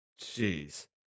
Jeez